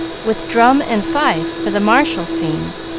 with drum and fife for the martial scenes.